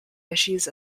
issues